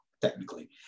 technically